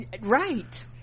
right